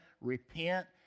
repent